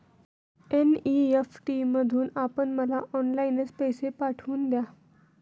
NEFT मधून आपण मला ऑनलाईनच पैसे पाठवून द्या